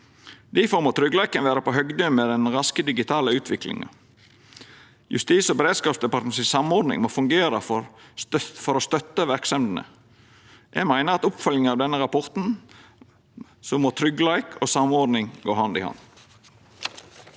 på 3515 digitale flater med den raske digitale utviklinga. Justis- og beredskapsdepartementet si samordning må fungera for å støtta verksemdene. Eg meiner at i oppfølginga av denne rapporten må tryggleik og samordning gå hand i hand.